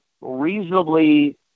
reasonably